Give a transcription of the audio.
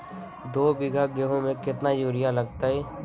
दो बीघा गेंहू में केतना यूरिया लगतै?